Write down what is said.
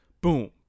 boom